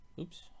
Oops